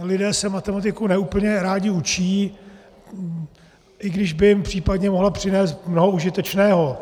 Lidé se matematiku ne úplně rádi učí, i když by jim případně mohla přinést mnoho užitečného.